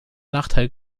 nachteil